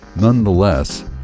nonetheless